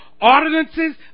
Ordinances